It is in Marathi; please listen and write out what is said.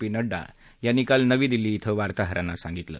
पी नड्डा यांनी काल नवी दिल्ली इथं वार्ताहारांना सांगितलं